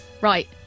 right